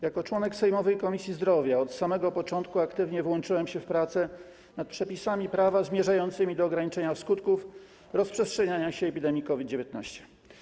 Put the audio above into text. Jako członek sejmowej Komisji Zdrowia od samego początku aktywnie włączyłem się w prace nad przepisami prawa zmierzającymi do ograniczenia skutków rozprzestrzeniania się epidemii COVID-19.